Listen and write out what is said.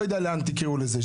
לא יודע לאן תקראו לזה.